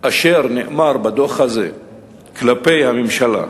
אשר נאמר בדוח הזה כלפי הממשלה,